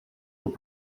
were